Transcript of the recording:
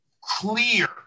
clear